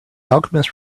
alchemist